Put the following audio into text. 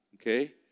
Okay